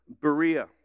Berea